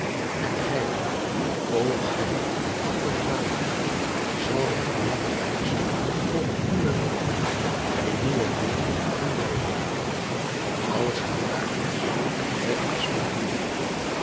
en hij o gij van oichalia zal rechtmatig heerschen over uwe landen in nieuwe weelde en wel vaart als herakles vèr is van hier